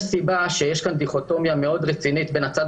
יש סיבה שיש דיכוטומיה רצינית בין הצד